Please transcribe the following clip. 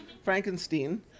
Frankenstein